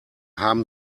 haben